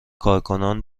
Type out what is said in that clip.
کارکنان